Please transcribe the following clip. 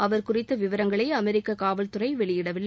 அவர்குறித்த விவரங்களை அமெரிக்க காவல்துறை வெளியிடவில்லை